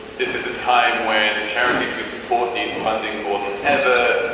this is a time when the charities we support need funding more than ever.